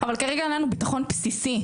אבל כרגע אין לנו ביטחון בסיסי.